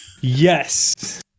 Yes